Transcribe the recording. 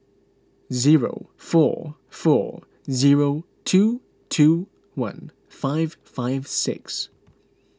zero four four zero two two one five five six